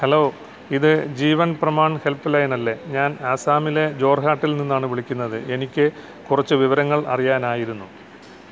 hello ഇത് Jeevan Pramaan help line അല്ലെ ഞാൻ ആസാമിലെ ജോർഹാട്ടിൽ നിന്നാണ് വിളിക്കുന്നത് എനിക്ക് കുറച്ച് വിവരങ്ങൾ അറിയാനായിരുന്നു